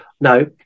No